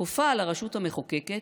כופה על הרשות המחוקקת